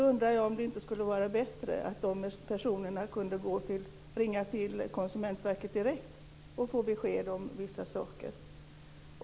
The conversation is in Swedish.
Jag undrar om det inte skulle vara bättre att personerna där kunde ringa direkt till Konsumentverket för att få besked om vissa saker.